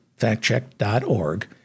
factcheck.org